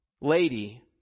lady